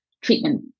treatment